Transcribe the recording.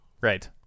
Right